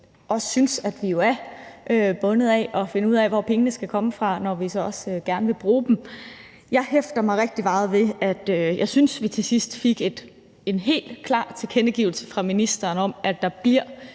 også, at vi er bundet af at finde ud af, hvor pengene skal komme fra, når vi så også gerne vil bruge dem. Jeg hæfter mig rigtig meget ved noget, nemlig at jeg synes, at vi til sidst fik en helt klar tilkendegivelse fra ministeren om, at der inden